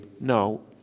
no